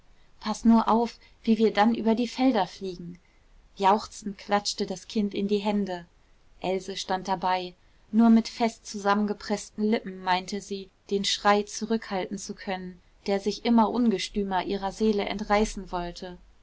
paß nur auf wie wir dann über die felder fliegen jauchzend klatschte das kind in die hände else stand dabei nur mit fest zusammengepreßten lippen meinte sie den schrei zurückhalten zu können der sich immer ungestümer ihrer seele entreißen wollte